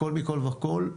הכול מכל וכל.